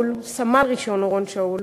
סמל-ראשון אורון שאול,